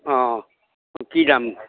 অঁ কি দাম